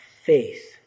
faith